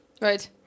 right